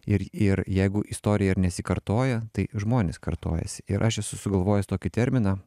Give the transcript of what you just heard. ir ir jeigu istorija ir nesikartoja tai žmonės kartojasi ir aš esu sugalvojęs tokį terminą